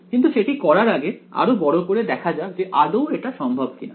কিন্তু সেটি করার আগে আরো বড় করে দেখা যাক যে আদৌ এটা সম্ভব কিনা